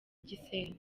gisenyi